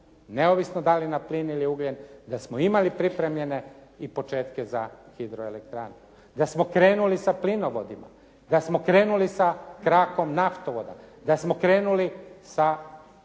neovisno da li na plin ili ugljen, da smo imali pripremljene i početke za hidroelektrane. Da smo krenuli sa plinovodima, da smo krenuli sa krakom naftovoda, da smo krenuli sa